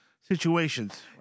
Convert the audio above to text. situations